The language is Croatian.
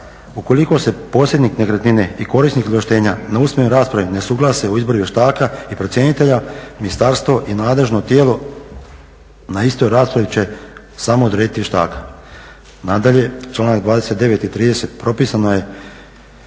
ukoliko se posrednik nekretnine i korisnik izvlaštenja na usmenoj raspravi ne usuglase … vještaka i procjenitelja, ministarstvo i nadležno tijelo na istoj raspravi će samo odrediti vještaka. Nadalje, članak 29. i 30. propisano je